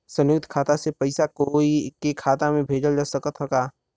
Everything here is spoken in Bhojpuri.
संयुक्त खाता से पयिसा कोई के खाता में भेजल जा सकत ह का?